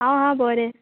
आहां बोरें